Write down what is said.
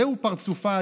זהו פרצופה,